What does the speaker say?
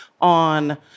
on